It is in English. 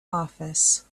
office